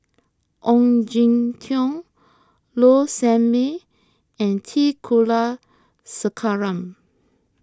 Ong Jin Teong Low Sanmay and T Kulasekaram